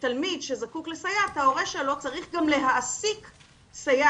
תלמיד שזקוק לסייעת ההורה שלו צריך גם להעסיק סייעת.